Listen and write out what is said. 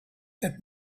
that